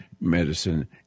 medicine